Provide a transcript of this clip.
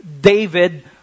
David